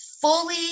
fully